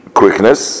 quickness